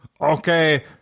Okay